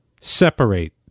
separate